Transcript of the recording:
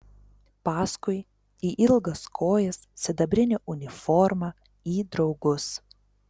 paskui į ilgas kojas sidabrinę uniformą į draugus